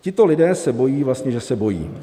Tito lidé se bojí vlastně, že se bojí.